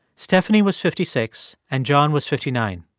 stephanie was fifty six, and john was fifty nine.